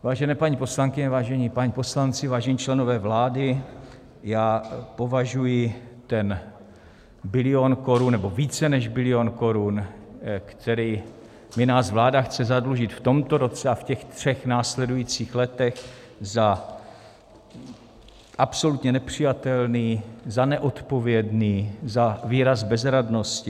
Vážené paní poslankyně, vážení páni poslanci, vážení členové vlády, já považuji ten bilion korun, nebo více než bilion korun, kterým nás vláda chce zadlužit v tomto roce a v těch třech následujících letech, za absolutně nepřijatelný, za neodpovědný, za výraz bezradnosti.